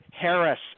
Harris